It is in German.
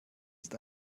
ist